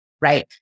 Right